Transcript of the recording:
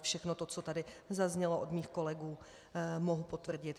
Všechno to, co tady zaznělo od mých kolegů, mohu potvrdit.